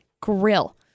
Grill